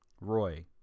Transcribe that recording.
Roy